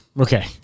okay